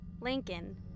Lincoln